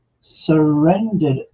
Surrendered